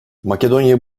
makedonya